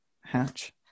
Hatch